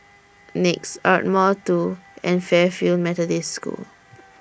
Nex Ardmore two and Fairfield Methodist School